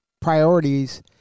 priorities